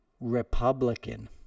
Republican